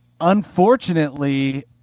Unfortunately